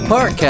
Park